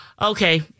Okay